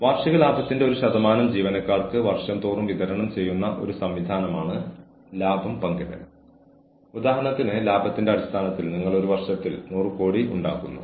കൂടാതെ ഒരു ജീവനക്കാരനെ എടുക്കുന്നതിന് മുമ്പ് അത് കണക്കിലെടുക്കേണ്ടതുണ്ട്